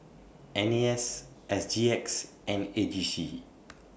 N A S S G X and A G C